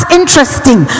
interesting